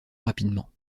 rapidement